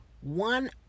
one